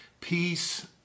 peace